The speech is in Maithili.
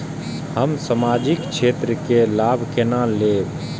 हम सामाजिक क्षेत्र के लाभ केना लैब?